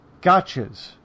gotchas